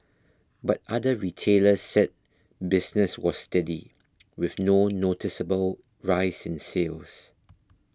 but other retailers said business was steady with no noticeable rise in sales